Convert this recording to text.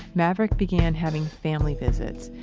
maverick began having family visits,